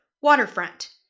Waterfront